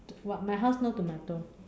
what my house no tomato